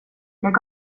lägg